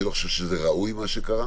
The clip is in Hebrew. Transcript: אני לא חושב שזה ראוי מה שקרה,